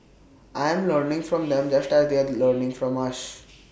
I am learning from them just as they are learning from us